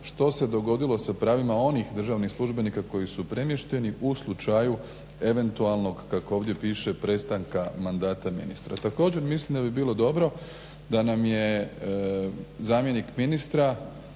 što se dogodilo sa pravima onih državnih službenika koji su premješteni u slučaju eventualnog, kako ovdje piše prestanka mandata ministra. Također mislim da bi bilo dobro da nam je zamjenik ministra